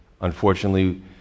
unfortunately